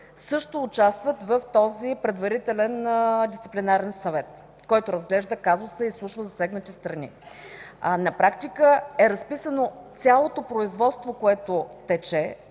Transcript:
също участват в този предварителен Дисциплинарен съвет, който разглежда казуса и изслушва засегнати страни. На практика е разписано цялото производство, което тече